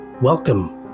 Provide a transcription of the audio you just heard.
welcome